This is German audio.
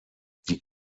die